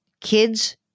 Kids